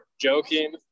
joking